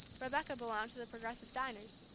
rebecca belonged to the progressive diners.